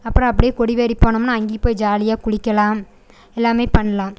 அப்புறம் அப்படியே கொடிவேரி போனோம்னா அங்கேயும் போய் ஜாலியாக குளிக்கலாம் எல்லாமே பண்ணலாம்